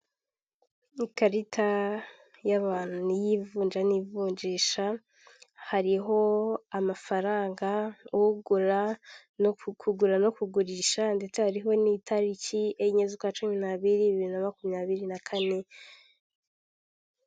Iyi ikarita y'abantu y'ivunja n'ivunjisha hariho amafaranga ugura no kugura no kugurisha ndetse hariho n'itariki enye z'ukwa cumi n'biri na bibiri na makumyabiri na kane.